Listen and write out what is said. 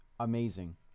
Amazing